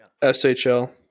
SHL